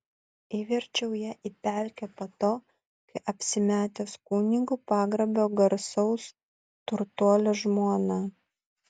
įverčiau ją į pelkę po to kai apsimetęs kunigu pagrobiau garsaus turtuolio žmoną